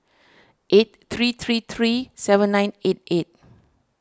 eight three three three seven nine eight eight